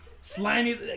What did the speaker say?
Slimy